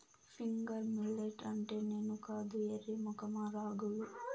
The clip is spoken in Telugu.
ఫింగర్ మిల్లెట్ అంటే నేను కాదు ఎర్రి మొఖమా రాగులు